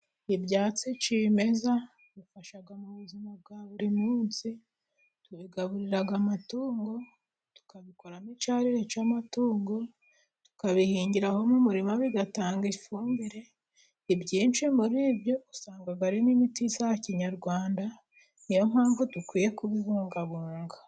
Ibyatsi cyimeza bifasha mu buzima bwa buri munsi, tubigaburira amatungo, tukabikoramo icyarire cy'amatungo, tukabihingiraho mu murima bigatanga ifumbire, ibyinshi muri byo usanga, ari n'imiti ya kinyarwanda, niyo mpamvu dukwiye kubibungabunga.